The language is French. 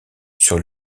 sur